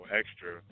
extra